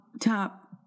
top